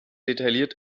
detailliert